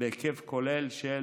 בהיקף כולל של